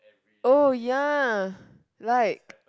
oh ya like